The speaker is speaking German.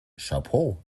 chapeau